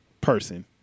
person